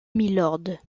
mylord